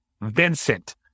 Vincent